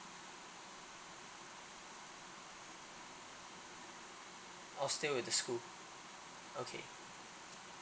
oh still with the school okay